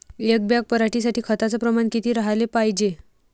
एक बॅग पराटी साठी खताचं प्रमान किती राहाले पायजे?